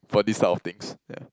for this type of things ya